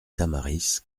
tamaris